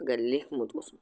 اگر لیکھمُت اوسُن